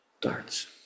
darts